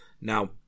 now